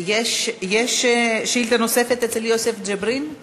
יש שאילתה נוספת ליוסף ג'בארין?